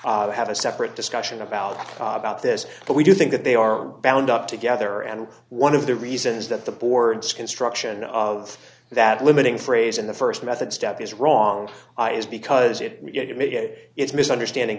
have a separate discussion about about this but we do think that they are bound up together and one of the reasons that the board's construction of that limiting phrase in the st method step is wrong is because it you may get it's misunderstanding